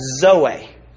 zoe